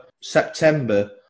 September